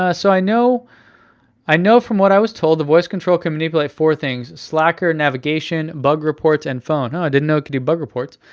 ah so i know i know from what i was told, the voice control can manipulate four things. slacker, navigation, bug reports, and phone. oh i didn't know it did bug reports.